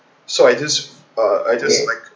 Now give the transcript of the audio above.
so I just uh I just